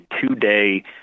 two-day